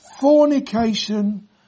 fornication